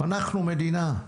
אנחנו מדינה.